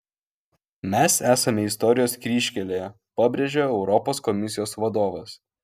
mes esame istorijos kryžkelėje pabrėžė europos komisijos vadovas